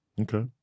Okay